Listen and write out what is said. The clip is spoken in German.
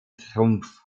trumpf